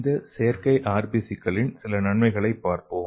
இந்த செயற்கை RBC களின் சில நன்மைகளைப் பார்ப்போம்